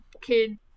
kid